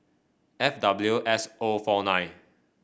F W S O four nine